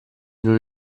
non